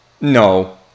No